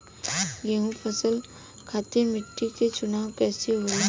गेंहू फसल खातिर मिट्टी के चुनाव कईसे होला?